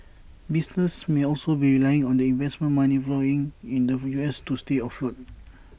businesses may also be relying on the investment money flowing in the U S to stay afloat